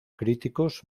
críticos